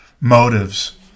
motives